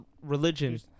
Religion